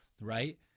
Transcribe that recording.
right